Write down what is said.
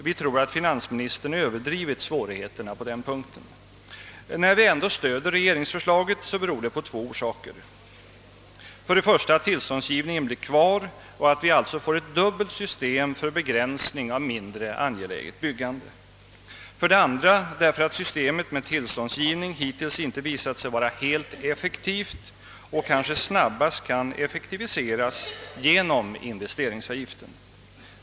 Vi tror att finansministern överdrivit svårigheterna på denna punkt. Att vi ändå stöder regeringsförslaget har två orsaker: för det första att tillståndsgivningen blir kvar och vi alltså får ett dubbelt system för begränsning av mindre angeläget byggande; för det andra att systemet med tillståndsgivning hittills inte visat sig vara helt effektivt och kanske snabbast kan effektiviseras genom investeringsavgiften.